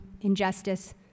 injustice